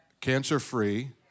cancer-free